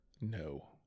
No